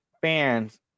fans